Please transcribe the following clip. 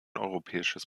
europäisches